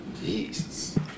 Jesus